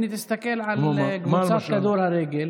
תסתכל על קבוצת הכדורגל,